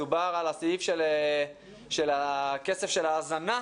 דובר על סעיף הכסף של ההזנה,